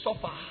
suffer